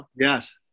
Yes